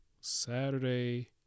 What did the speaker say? Saturday